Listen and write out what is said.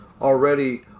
already